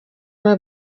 umwe